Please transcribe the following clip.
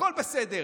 הכול בסדר.